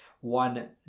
One